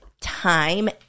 time